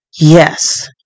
yes